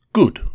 good